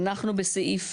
אנחנו בסעיף